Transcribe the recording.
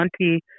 Auntie